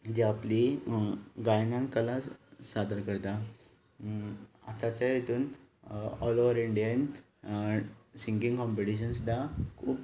जे आपली गायन कला सादर करता आतांच्या हातून all over Indian singing competition सुद्दां खूब